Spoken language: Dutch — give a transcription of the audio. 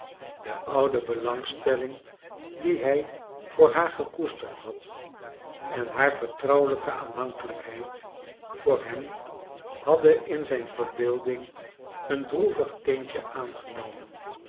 de oude belangstelling die hij voor haar gekoesterd had en haar vertrouwelijke aanhankelijkheid voor hem hadden in zijn verbeelding een droevig tintje aangenomen